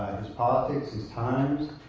his politics, his times.